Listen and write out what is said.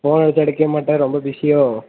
phone அடிச்சால் எடுக்கவே மாட்ற ரொம்ப பிஸியோ